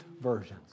versions